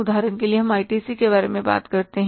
उदाहरण के लिए हम ITC के बारे में बात करते हैं